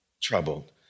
Troubled